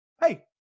hey